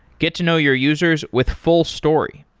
get to know your users with fullstory.